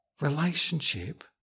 relationship